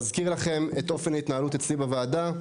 מזכיר לכם את אופן ההתנהלות אצלי בוועדה: